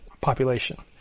population